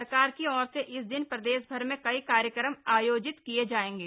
सरकार की ओर से इस दिन प्रदेशभर में कई कार्यक्रम आयोजित किए जाएंगे